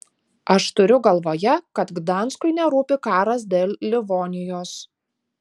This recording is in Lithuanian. aš turiu galvoje kad gdanskui nerūpi karas dėl livonijos